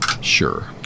Sure